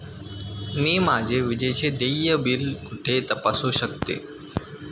मी माझे विजेचे देय बिल कुठे तपासू शकते?